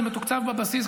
זה מתוקצב בבסיס.